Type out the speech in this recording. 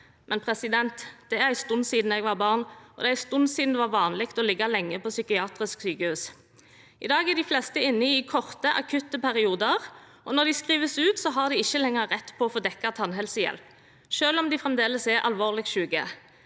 perioder. Men det er en stund siden jeg var barn, og det er en stund siden det var vanlig å ligge lenge på psykiatrisk sykehus. I dag er de fleste inne i korte, akutte perioder, og når de skrives ut, har de ikke lenger rett på å få dekket tannhelsehjelp, selv om de fremdeles er alvorlig syke.